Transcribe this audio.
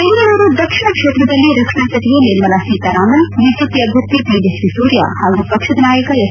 ಬೆಂಗಳೂರು ದಕ್ಷಿಣ ಕ್ಷೇತ್ರದಲ್ಲಿ ರಕ್ಷಣಾ ಸಚಿವೆ ನಿರ್ಮಲಾ ಸೀತಾರಾಮನ್ ಬಿಜೆಪಿ ಅಭ್ಯರ್ಥಿ ತೇಜಸ್ವಿ ಸೂರ್ಯ ಹಾಗೂ ಪಕ್ಷದ ನಾಯಕ ಎಸ್